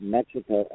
Mexico